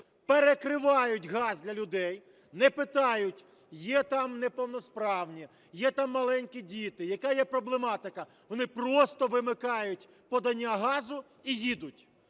перекривають газ для людей, не питають, є там неповносправні, є там маленькі діти, яка є проблематика, вони просто вимикають подання газу і їдуть.